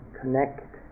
connect